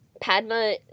Padma